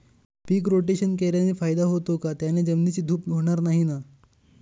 पीक rotation केल्याने फायदा होतो का? त्याने जमिनीची धूप होणार नाही ना?